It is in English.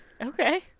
Okay